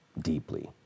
deeply